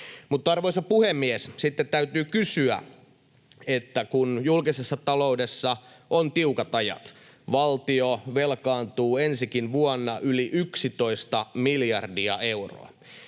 Mutta, arvoisa puhemies, sitten täytyy kysyä, kun julkisessa taloudessa on tiukat ajat — valtio velkaantuu ensikin vuonna yli 11 miljardia euroa